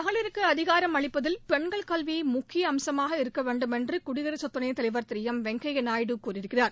மகளிருக்கு அதிகாரம் அளிப்பதில் பெண்கள் கல்வி முக்கிய அம்சமாக இருக்க வேண்டும் என்று குயடிரசு துணைத் தலைவர் திரு எம் வெங்கய்யா நாயுடு கூறியிருக்கிறார்